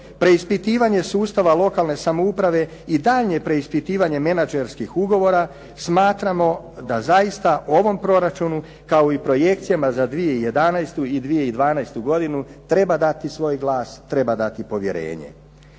preispitivanje sustava lokalne samouprave i daljnje preispitivanje menadžerskih ugovora smatramo da zaista u ovom proračunu, kao i projekcijama za 2011. i 2012. godinu treba dati svoj glas, treba dati povjerenje.